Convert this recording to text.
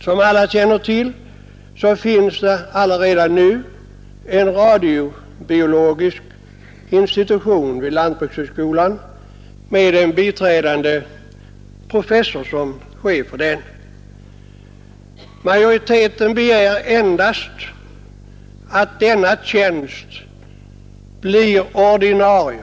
Som vi känner till finns det allaredan en radiobiologisk institution vid lantbrukshögskolan med en biträdande professor som chef. Majoriteten begär endast att denna tjänst blir ordinarie.